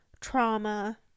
trauma